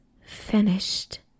finished